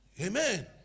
Amen